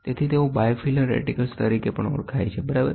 તેથી તેઓ bifilar reticles તરીકે પણ ઓળખાય છે બરાબર